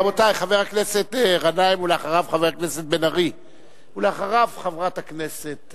רבותי, חבר הכנסת גנאים, ואחריו, חבר הכנסת